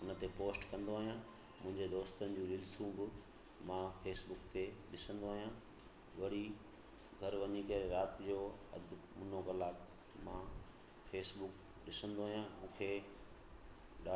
हुन ते पोस्ट कंदो आहियां मुंहिंजे दोस्तनि जूं रील्सूं बि मां फेसबुक ते ॾिसंदो आहियां वरी घरि वञी करे राति जो अधु मुनो कलाकु मां फेसबुक ॾिसंदो आहियां मूंखे